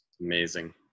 Amazing